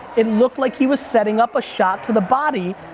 it look like he was setting up a shot to the body.